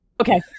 Okay